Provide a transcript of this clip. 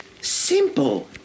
Simple